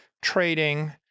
trading